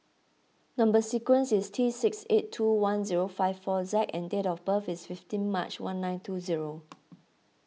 Number Sequence is T six eight two one zero five four Z and date of birth is fifteen March one nine two zero